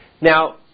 Now